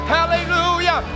Hallelujah